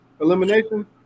elimination